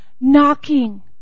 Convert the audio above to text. knocking